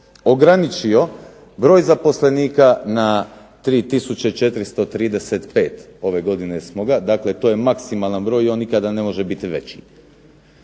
ograničio broj zaposlenika na 3435 ove godine smo ga. Dakle, to je maksimalan broj i on nikada ne može biti veći.